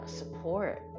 support